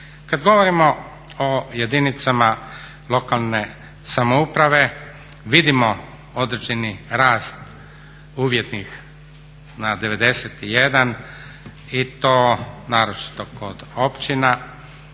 Kad govorimo o jedinicama lokalne samouprave vidimo određeni rast uvjetnih na 91 i to naročito kod općina.